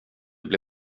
bli